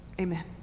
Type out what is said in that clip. amen